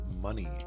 money